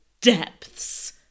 depths